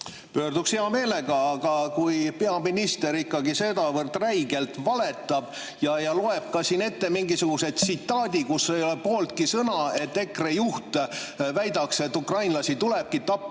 Pöörduks hea meelega, aga peaminister sedavõrd räigelt valetab ja loeb ka siin ette mingisuguse tsitaadi, kus ei ole pooltki sõna, et EKRE juht väidaks, et ukrainlasi tulebki tappa